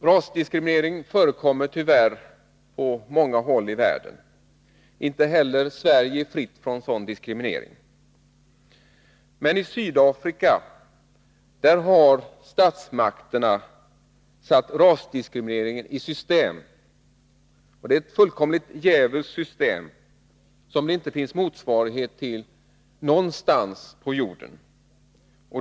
Rasdiskriminering förekommer tyvärr på många håll i världen — inte heller Sverige är fritt från sådan diskriminering — men i Sydafrika har statsmakterna satt rasdiskrimineringen i system. Det är ett fullkomligt djävulskt system, som det inte finns motsvarighet till någonstans på jorden.